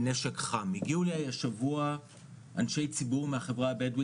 הגיע הזמן ואנחנו ננסה לטפל גם בסוגייה הזאתי.